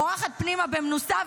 בורחת פנימה במנוסה,